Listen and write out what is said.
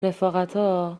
رفاقتا